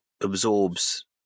absorbs